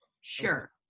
Sure